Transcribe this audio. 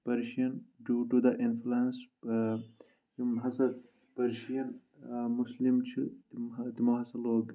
Persian due to the influence یِم ہَسا Persian Muslim چھِ تِم تِمو ہسا لوگ